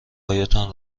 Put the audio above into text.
هایتان